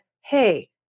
hey